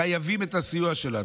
חייבים את הסיוע שלנו,